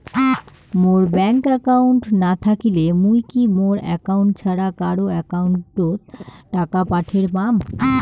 মোর bank account না থাকিলে মুই কি মোর একাউন্ট ছাড়া কারো একাউন্ট অত টাকা পাঠের পাম?